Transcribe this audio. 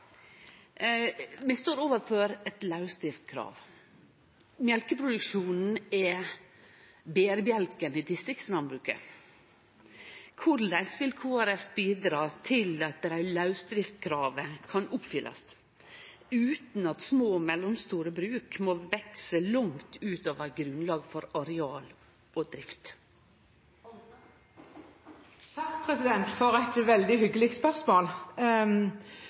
står overfor eit lausdriftskrav. Mjølkeproduksjon er berebjelken i distriktslandbruket. Korleis vil Kristelig Folkeparti bidra til at lausdriftskravet kan oppfyllast utan at små og mellomstore bruk må vekse langt utover grunnlag for areal og drift? Takk for et veldig hyggelig spørsmål.